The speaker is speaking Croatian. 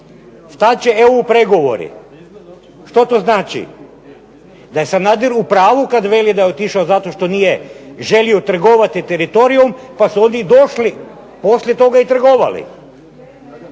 Stat će EU pregovori. Što to znači? Da je Sanader u pravu kad veli da je otišao zato što nije želio trgovati teritorijem, pa su oni došli poslije toga i trgovali?